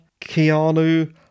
Keanu